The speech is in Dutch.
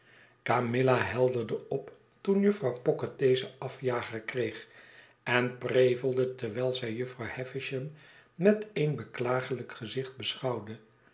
camilla helderde op toen jufvrouw pocket dezen afjager kreeg en prevelde terwijl zij jufvrouw havisham met een beklaaglijk gezicht beschouwde